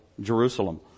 Jerusalem